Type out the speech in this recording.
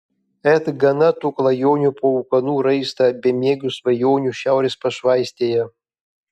et gana tų klajonių po ūkanų raistą bemiegių svajonių šiaurės pašvaistėje